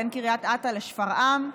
בין קריית אתא לשפרעם,